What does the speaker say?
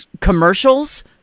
commercials—